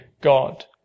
God